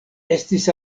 estis